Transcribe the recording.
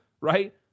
right